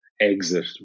exit